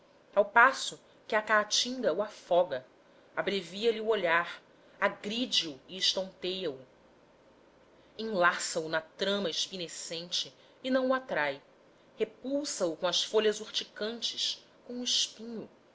ao passo que a caatinga o afoga abrevia lhe o olhar agride o e estonteia o enlaça o na trama espinescente e não o atrai repulsa o com as folhas urticantes com o espinho